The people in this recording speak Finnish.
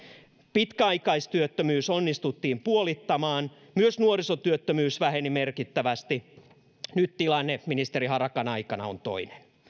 pitkäaikaistyöttömyys onnistuttiin puolittamaan myös nuorisotyöttömyys väheni merkittävästi nyt tilanne ministeri harakan aikana on toinen